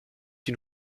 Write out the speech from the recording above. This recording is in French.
une